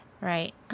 Right